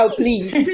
please